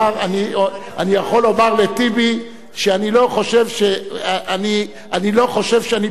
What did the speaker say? אני יכול לומר לטיבי שאני לא חושב שאני פחות ממנו,